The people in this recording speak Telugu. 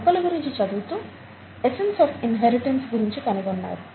మొక్కల గురించి చదువుతూ ఎసెన్స్ ఆఫ్ ఇన్హెరిటెన్స్ గురించి కనుగొన్నారు